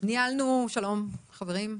שלום חברים,